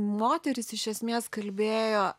moterys iš esmės kalbėjo